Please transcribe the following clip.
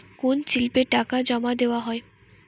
কোন স্লিপে টাকা জমাদেওয়া হয়?